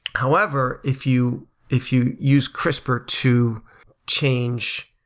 however, if you if you use crispr to change